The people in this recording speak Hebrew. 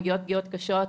מגיעות פגיעות קשות,